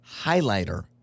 highlighter